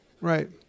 right